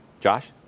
Josh